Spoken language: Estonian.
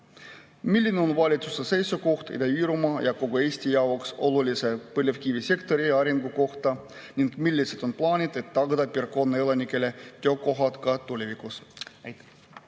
Milline on valitsuse seisukoht Ida-Virumaa ja kogu Eesti jaoks olulise põlevkivisektori arengu kohta ning millised on plaanid, et tagada piirkonna elanikele töökohad ka tulevikus?